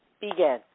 begin